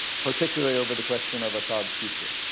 particularly over the question of assads future.